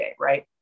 right